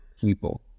people